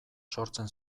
sortzen